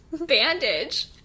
bandage